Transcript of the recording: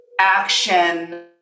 action